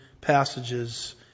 passages